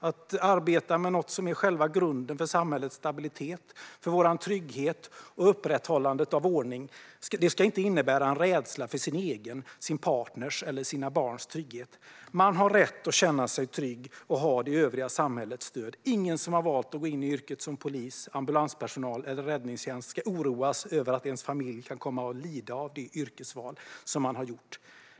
Att arbeta med något som är själva grunden för samhällets stabilitet, för vår trygghet och för upprätthållandet av ordning ska inte innebära en rädsla för sin egen, sin partners eller sina barns trygghet. Man har rätt att känna sig trygg och ha det övriga samhällets stöd. Ingen som valt att gå in i yrket som polis eller ambulans eller räddningstjänstpersonal ska oroas över att familjen kan komma att lida av det yrkesval man har gjort.